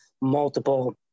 multiple